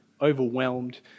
overwhelmed